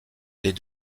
les